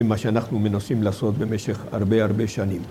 ממה שאנחנו מנוסים לעשות במשך הרבה הרבה שנים